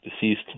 deceased